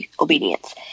obedience